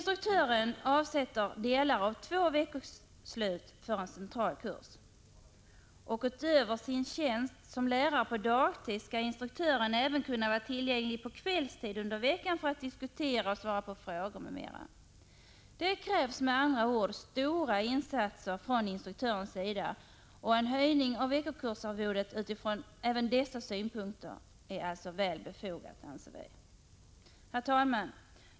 Instruktören avsätter delar av två veckoslut för en central kurs. Utöver sin tjänst som lärare på dagtid skall instruktören även kunna vara tillgänglig på kvällstid under veckan för att diskutera, svara på frågor, m.m. Det krävs med andra ord stora insatser från instruktörens sida. En höjning av veckokursarvodet utifrån även dessa synpunkter är väl befogad, anser vi. Herr talman!